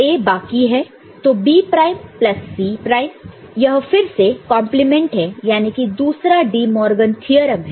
तो B prime plus C prime यह फिर से कॉन्प्लीमेंट है यानी कि दूसरा डिमॉर्गन थ्योरम है